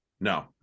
no